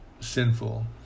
sinful